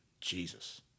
Jesus